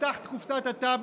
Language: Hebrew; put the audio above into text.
פתח את קופסת הטבק,